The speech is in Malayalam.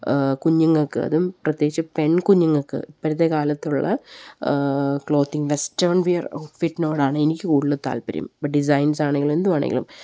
കുഞ്ഞുങ്ങള്ക്ക് അതും പ്രത്യേകിച്ച് പെൺകുഞ്ഞുങ്ങള്ക്ക് ഇപ്പോഴത്തെക്കാലത്തുള്ള ക്ലോത്തിങ് വെസ്റ്റേൺ വെയർ ഔട്ട്ഫിറ്റിനോടാണ് എനിക്ക് കൂടുതൽ താല്പര്യം ഇപ്പോള് ഡിസൈൻസ് ആണെങ്കിലും എന്താണെങ്കിലും